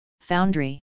Foundry